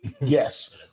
yes